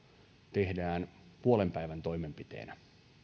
tehdään puolen päivän toimenpiteenä